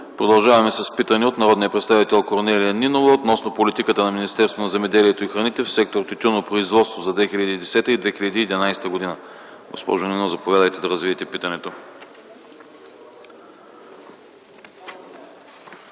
Продължаваме с питане от народния представител Корнелия Нинова относно политиката на Министерството на земеделието и храните в сектор тютюнопроизводство за 2010 и 2011 г. Госпожо Нинова, заповядайте да развиете питането.